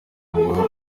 ngo